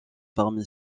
parmi